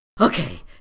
Okay